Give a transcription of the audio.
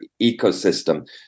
ecosystem